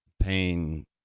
Pain